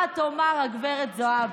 מה תאמר גב' זועבי?